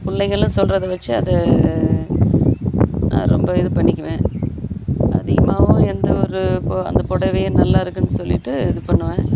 பிள்ளைங்களும் சொல்கிறத வச்சு அதை நான் ரொம்ப இது பண்ணிக்குவேன் அதிகமாகவும் எந்த ஒரு அந்த பொடவையை நல்லா இருக்குனு சொல்லிட்டு இது பண்ணுவேன்